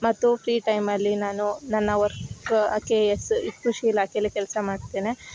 ಮತ್ತು ಫ್ರೀ ಟೈಮಲ್ಲಿ ನಾನು ನನ್ನ ವರ್ಕ್ ಕೆ ಎಸ್ ಈ ಕೃಷಿ ಇಲಾಖೆಯಲ್ಲಿ ಕೆಲಸ ಮಾಡ್ತೇನೆ